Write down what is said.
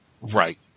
Right